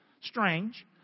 Strange